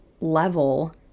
level